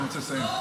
אני רוצה לסיים,